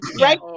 Right